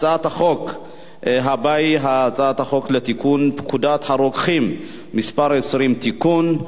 הצעת החוק הבאה היא הצעת חוק לתיקון פקודת הרוקחים (מס' 20) (תיקון),